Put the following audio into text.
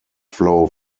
flow